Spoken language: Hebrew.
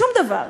שום דבר.